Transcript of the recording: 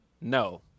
No